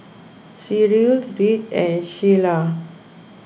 Cyril Reid and Shayla